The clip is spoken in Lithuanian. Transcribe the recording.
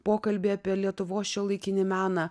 pokalbiai apie lietuvos šiuolaikinį meną